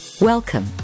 Welcome